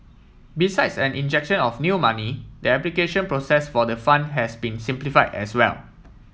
besides an injection of new money the application process for the fund has been simplified as well